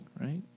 right